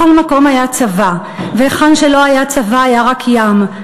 בכל מקום היה צבא והיכן שלא היה צבא היה רק ים,